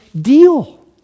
deal